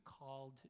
called